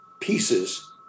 pieces